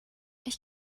ich